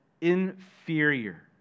inferior